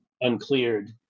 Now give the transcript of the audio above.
uncleared